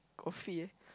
coffee eh